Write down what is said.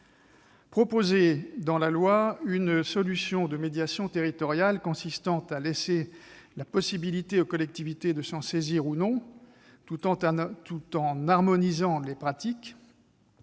proposer, dans la loi, une solution de médiation territoriale, consistant à laisser la possibilité aux collectivités de s'en saisir ou non, tout en harmonisant les pratiques.